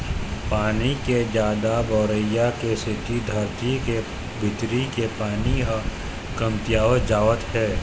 पानी के जादा बउरई के सेती धरती के भीतरी के पानी ह कमतियावत जावत हे